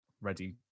ready